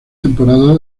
temporada